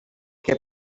que